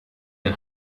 den